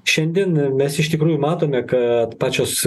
šiandien mes iš tikrųjų matome kad pačios